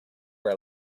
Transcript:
were